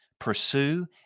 Pursue